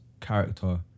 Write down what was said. character